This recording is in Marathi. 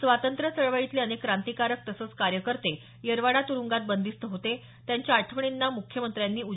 स्वातंत्र्य चळवळीतले अनेक क्रांतिकारक तसंच कार्यकर्ते येरवाडा तुरुंगात बंदिस्त होते त्यांच्या आठवणींना मुख्यमंत्र्यांनी उजाळा दिला